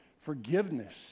forgiveness